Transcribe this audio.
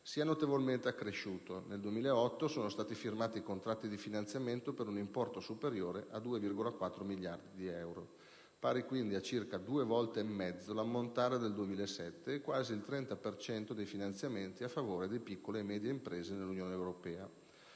si è notevolmente accresciuto: nel 2008 sono stati firmati contratti di finanziamento per un importo superiore a 2,4 miliardi di euro, pari a circa due volte e mezzo l'ammontare del 2007 e quasi il 30 per cento dei finanziamenti a favore di piccole e medie imprese nell'Unione europea.